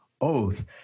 oath